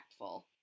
impactful